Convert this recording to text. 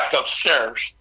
upstairs